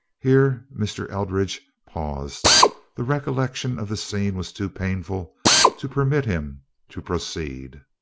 here mr. eldridge paused the recollection of the scene was too painful to permit him to proceed.